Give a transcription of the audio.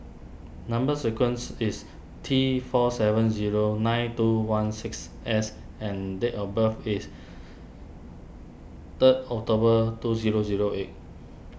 Number Sequence is T four seven zero nine two one six S and date of birth is third October two zero zero eight